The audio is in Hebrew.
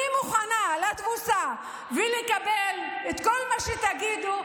אני מוכנה לתבוסה ולקבל את כל מה שתגידו,